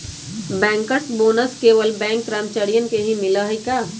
Bankers bonus केवल bank कर्मचारियन के ही मिला हई का?